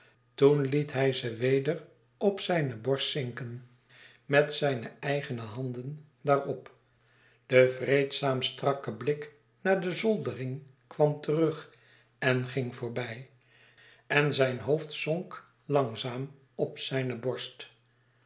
toen liet hij ze weder zacht op zijne borst zinken met zijne eigene handen daarop de vreedzaam strakke blik naar de zoldering kwam terng en ging voorbij en zijn hoofd zonk langzaam op zijne borst